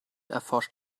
erforscht